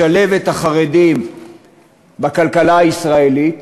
לשלב את החרדים בכלכלה הישראלית,